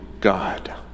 god